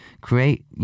create